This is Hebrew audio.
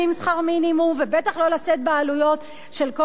ובטח לא לשאת בעלויות של כל הצמדות השכר